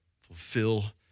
Fulfill